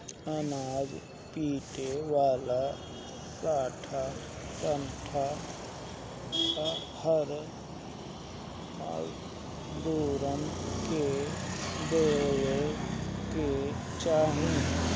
अनाज पीटे वाला सांटा हर मजूरन के देवे के चाही